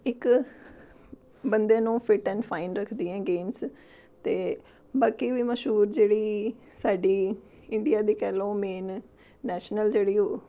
ਇੱਕ ਬੰਦੇ ਨੂੰ ਫਿੱਟ ਐਨ ਫਾਇਨ ਰੱਖਦੀ ਹੈ ਗੇਮਸ ਅਤੇ ਬਾਕੀ ਵੀ ਮਸ਼ਹੂਰ ਜਿਹੜੀ ਸਾਡੀ ਇੰਡੀਆ ਦੀ ਕਹਿ ਲਓ ਮੇਨ ਨੈਸ਼ਨਲ ਜਿਹੜੀ ਉਹ